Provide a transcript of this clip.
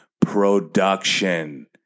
Production